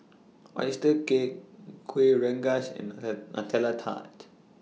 Oyster Cake Kuih Rengas and Nutella Tart